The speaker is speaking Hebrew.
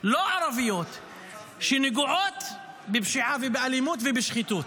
לא ערביות שנגועות בפשיעה, באלימות ובשחיתות.